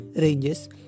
ranges